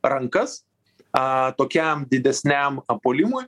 rankas a tokiam didesniam a polimui